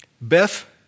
Beth